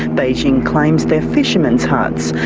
beijing claims they're fishermen's huts.